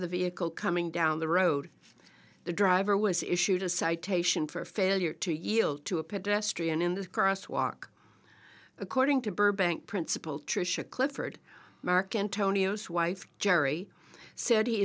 the vehicle coming down the road the driver was issued a citation for failure to yield to a pedestrian in the cross walk according to burbank principal trisha clifford mark antonio's wife gerry said he